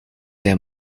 der